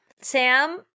sam